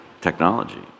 technology